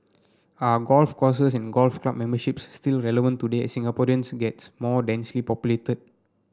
are golf courses and golf club memberships still relevant today as Singaporeans gets more densely populated